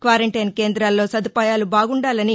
quarantine కేందాల్లో సదుపాయాలు బాగుండాలని